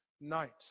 night